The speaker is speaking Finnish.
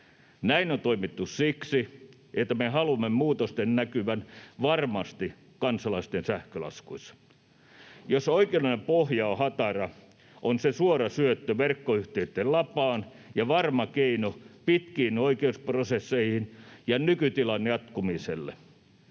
Näin on toimittu siksi, että me haluamme muutosten varmasti näkyvän kansalaisten sähkölaskuissa. Jos oikeudellinen pohja on hatara, on se suora syöttö verkkoyhtiöitten lapaan ja varma keino pitkiin oikeusprosesseihin ja nykytilan jatkumiselle.